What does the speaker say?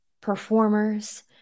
performers –